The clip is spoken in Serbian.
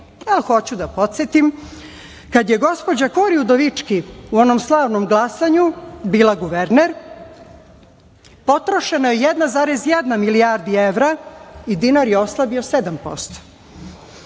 ali hoću da podsetim kada je gospođa Kori Udovički u onom slavnom glasanju bila guverner potrošena je 1,1 milijardi evra i dinar je oslabio